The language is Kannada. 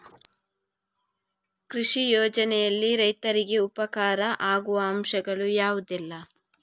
ಕೃಷಿ ಯೋಜನೆಯಲ್ಲಿ ರೈತರಿಗೆ ಉಪಕಾರ ಆಗುವ ಅಂಶಗಳು ಯಾವುದೆಲ್ಲ?